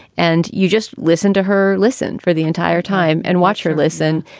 and you just listened to her listen for the entire time and watch her listen.